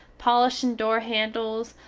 polishin door handels,